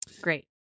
Great